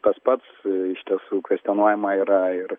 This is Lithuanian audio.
tas pats iš tiesų kvestionuojama yra ir